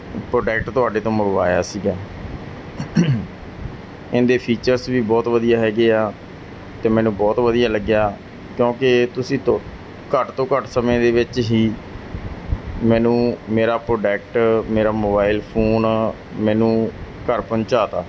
product ਤੁਹਾਡੇ ਤੋਂ ਮੰਗਵਾਇਆ ਸੀਗਾ ਇਹਦੇ ਫੀਚਰਸ ਵੀ ਬਹੁਤ ਵਧੀਆ ਹੈਗੇ ਆ ਅਤੇ ਮੈਨੂੰ ਬਹੁਤ ਵਧੀਆ ਲੱਗਿਆ ਕਿਉਂਕਿ ਤੁਸੀਂ ਤਾਂ ਘੱਟ ਤੋਂ ਘੱਟ ਸਮੇਂ ਦੇ ਵਿੱਚ ਹੀ ਮੈਨੂੰ ਮੇਰਾ ਪ੍ਰੋਡੈਕਟ ਮੇਰਾ ਮੋਬਾਈਲ ਫੋਨ ਮੈਨੂੰ ਘਰ ਪਹੁੰਚਾ ਦਿੱਤਾ